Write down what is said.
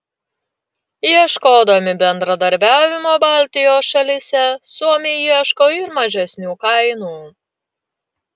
ieškodami bendradarbiavimo baltijos šalyse suomiai ieško ir mažesnių kainų